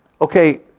Okay